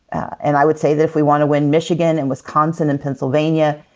and i would say that if we want to win michigan, and wisconsin, and pennsylvania,